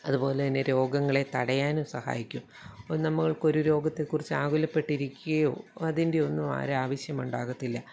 അതുപോലെത്തന്നെ രോഗങ്ങളെ തടയാനും സഹായിക്കും അപ്പോൾ നമ്മൾക്കൊരു രോഗത്തെക്കുറിച്ച് ആകുലപ്പെട്ടിരിക്കുകയോ അതിൻ്റെയൊന്നും ഒരാവശ്യവുമുണ്ടാകത്തില്ല